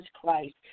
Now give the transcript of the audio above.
Christ